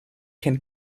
can